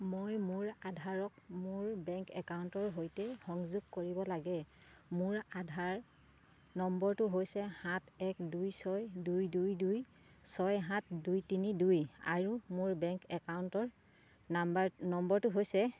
মই মোৰ আধাৰক মোৰ বেংক একাউণ্টৰ সৈতে সংযোগ কৰিব লাগে মোৰ আধাৰ নম্বৰটো হৈছে সাত এক দুই ছয় দুই দুই দুই ছয় সাত দুই তিনি দুই আৰু মোৰ বেংক একাউণ্ট নাম্বাৰ নম্বৰটো হৈছে